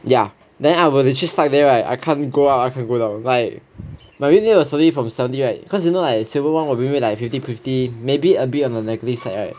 ya then I will legit stuck there right I can't go up I can go down like but then slowly from seventy right cause you know right silver one will give you like fifty fifty maybe a bit on the negative side right